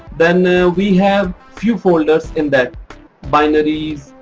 then we have few folders in that. binaries,